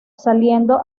saliendo